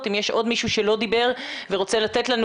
אם יש עוד מישהו שלא דיבר ורוצה לתת לנו